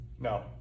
no